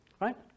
right